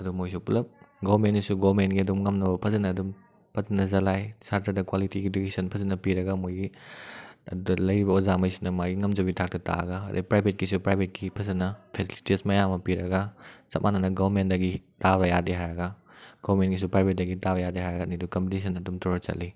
ꯑꯗꯣ ꯃꯣꯏꯁꯨ ꯄꯨꯂꯞ ꯒꯣꯔꯃꯦꯟꯅꯁꯨ ꯒꯣꯔꯃꯦꯟꯒꯤ ꯑꯗꯨꯝ ꯉꯝꯅꯕ ꯐꯖꯅ ꯑꯗꯨꯝ ꯐꯖꯅ ꯆꯂꯥꯏ ꯁꯥꯇ꯭ꯔꯗ ꯀ꯭ꯋꯥꯂꯤꯇꯤ ꯏꯗꯨꯀꯦꯁꯟ ꯐꯖꯅ ꯄꯤꯔꯒ ꯃꯣꯏꯒꯤ ꯑꯗꯨꯗ ꯂꯩꯔꯤꯕ ꯑꯣꯖꯥꯈꯩꯁꯤꯅ ꯃꯥꯒꯤ ꯉꯝꯖꯕꯤ ꯊꯥꯛꯇ ꯇꯥꯛꯂꯒ ꯑꯗꯩ ꯄ꯭ꯔꯥꯏꯕꯦꯠꯀꯤꯁꯨ ꯄ꯭ꯔꯥꯏꯕꯦꯠꯀꯤ ꯐꯖꯅ ꯐꯦꯁꯤꯂꯤꯇꯤꯁ ꯃꯌꯥꯝ ꯑꯃ ꯄꯤꯔꯒ ꯆꯞ ꯃꯥꯟꯅꯅ ꯒꯣꯔꯃꯦꯟꯗꯒꯤ ꯇꯥꯕ ꯌꯥꯗꯦ ꯍꯥꯏꯔꯒ ꯒꯣꯃꯦꯟꯒꯤꯁꯨ ꯄ꯭ꯔꯥꯏꯕꯦꯠꯇꯒꯤ ꯇꯥꯕ ꯌꯥꯗꯦ ꯍꯥꯏꯔꯛꯀꯅꯤ ꯑꯅꯤꯗꯨ ꯀꯝꯄꯤꯇꯤꯁꯟ ꯑꯗꯨꯝ ꯇꯧꯔ ꯆꯠꯂꯤ